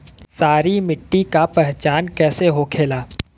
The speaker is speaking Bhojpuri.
सारी मिट्टी का पहचान कैसे होखेला?